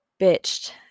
bitched